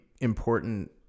important